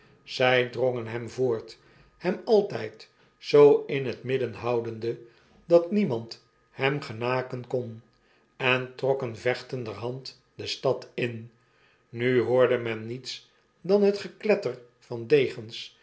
zy drongen hem voort hem altjjd zoo in het midden houdende dat niemand hem genaken kon en trokken vechtenderhand de stad in jsfu hoorde men niets dan het gekletter van degens